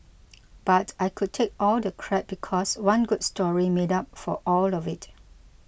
but I could take all the crap because one good story made up for all of it